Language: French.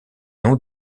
non